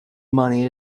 money